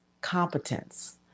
competence